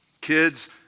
Kids